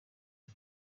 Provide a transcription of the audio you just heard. ngo